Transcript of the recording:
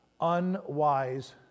Unwise